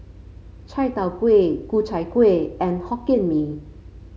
Chai Tow Kuay Ku Chai Kuih and Hokkien Mee